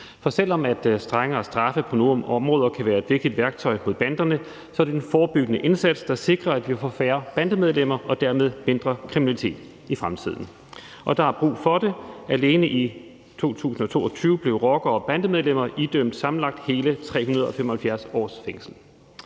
For selv om strengere straffe på nogle områder kan være et vigtigt værktøj mod banderne, så er det en forebyggende indsats, der sikrer, at vi får færre bandemedlemmer og dermed mindre kriminalitet i fremtiden. Og der er brug for det; alene i 2022 blev rockere og bandemedlemmer idømt sammenlagt hele 375 års fængsel.